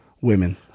women